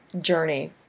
journey